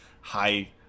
high